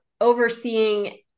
overseeing